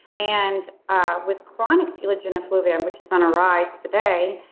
and ah with chronic telogen effluvium which is on a rise today,